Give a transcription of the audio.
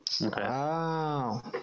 Wow